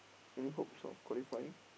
any hopes of qualifying